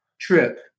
trip